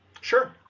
sure